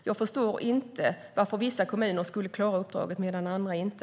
Jag förstår inte varför vissa kommuner skulle klara uppdraget och andra inte.